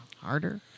harder